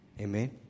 Amen